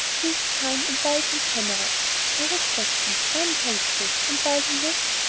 he is kind, indulgent, generous i respect him i am grateful, and while he lives,